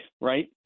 right